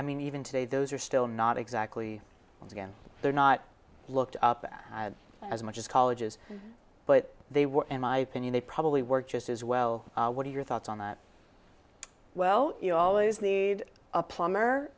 i mean even today those are still not exactly again they're not looked up at as much as colleges but they were in my opinion they probably work just as well what are your thoughts on that well you always need a plumber